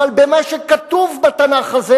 אבל מה שכתוב בתנ"ך הזה